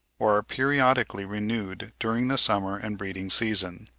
or are periodically renewed during the summer and breeding-season.